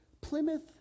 Plymouth